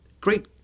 Great